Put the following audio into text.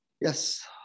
Yes